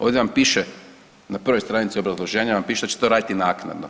Ovdje vam piše na prvoj stranici obrazloženja vam piše da će to raditi naknadno.